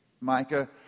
Micah